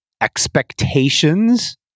expectations